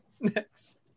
next